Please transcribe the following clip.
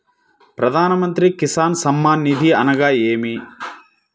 ప్రధాన మంత్రి కిసాన్ సన్మాన్ నిధి అనగా ఏమి?